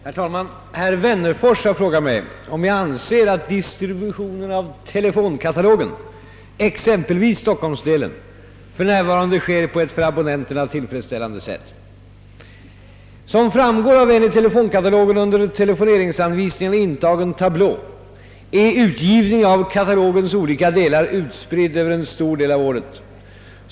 Herr talman! Herr Wennerfors har frågat mig, om jag anser att distributionen av telefonkatalogen — exempelvis Stockholmsdelen — f.n. sker på ett för abonnenterna tillfredsställande sätt. Som framgår av en i telefonkatalogen under telefoneringsanvisningarna intagen tablå är utgivningen av katalogens olika delar utspridd över en stor del av året.